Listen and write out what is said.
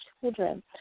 children